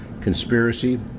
conspiracy